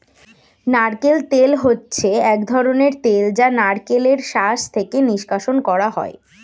নারকেল তেল হচ্ছে এক ধরনের তেল যা নারকেলের শাঁস থেকে নিষ্কাশণ করা হয়